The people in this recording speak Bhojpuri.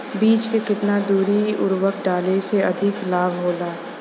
बीज के केतना दूरी पर उर्वरक डाले से अधिक लाभ होला?